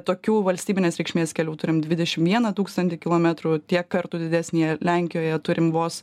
tokių valstybinės reikšmės kelių turim dvidešim vieną tūkstantį kilometrų tiek kartų didesnėje lenkijoje turime vos